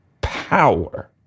power